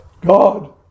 God